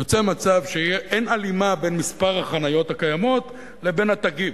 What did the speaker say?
נוצר מצב שאין הלימה בין מספר החניות הקיימות לבין התגים.